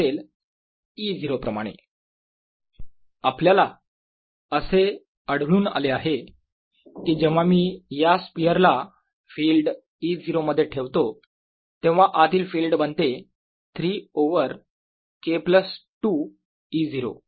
EnetE0 P30 Pe0Enet EnetE0 e3Enet Enet3E03e3K2E0 WhenK1 EnetE0 आपल्याला असे आढळून आले की जेव्हा मी या स्पियरला फिल्ड E0 मध्ये ठेवतो तेव्हा आतील फिल्ड बनते 3 ओवर K प्लस 2 E0